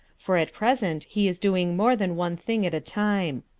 for at present he is doing more than one thing at a time.